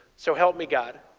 so help me god.